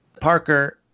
Parker